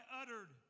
uttered